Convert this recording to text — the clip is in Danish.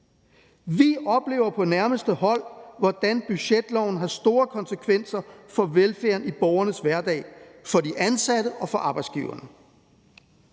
Vi oplever på nærmeste hold, hvordan budgetloven har store konsekvenser for velfærden i borgernes hverdag, for de ansatte og for arbejdsgiverne.